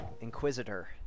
inquisitor